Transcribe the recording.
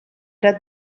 era